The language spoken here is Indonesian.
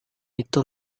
itu